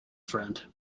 friend